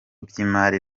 by’imari